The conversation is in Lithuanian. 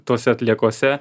tose atliekose